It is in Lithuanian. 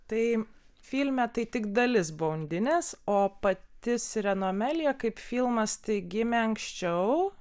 tai filme tai tik dalis buvo undinės o pati sirenomelija kaip filmas tai gimė anksčiau